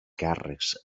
càrrecs